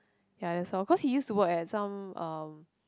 ya that's all cause he used to work at some um